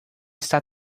está